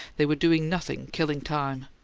they were doing nothing, killing time.